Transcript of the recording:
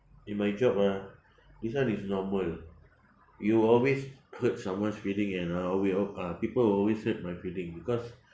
in my job ah this one is normal you always hurt someone's feeling and uh will uh people will always hurt my feeling because